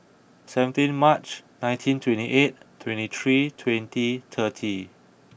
seventeen March nineteen twenty eight twenty three twenty thirty